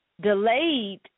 delayed